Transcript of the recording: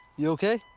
you ok?